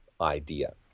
idea